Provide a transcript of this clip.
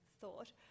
thought